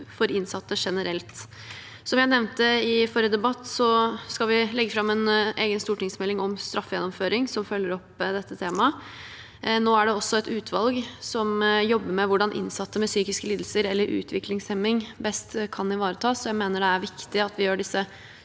for innsatte generelt. Som jeg nevnte i forrige debatt, skal vi legge fram en egen stortingsmelding om straffegjennomføring, som følger opp dette temaet. Nå er det også et utvalg som jobber med hvordan innsatte med psykiske lidelser eller utviklingshemming best kan ivaretas, og jeg mener det er viktig at vi gjør disse